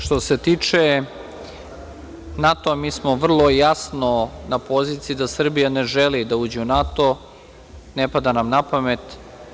Što se tiče NATO mi smo vrlo jasno na poziciji da Srbija ne želi da uđe u NATO, ne pada nam napamet.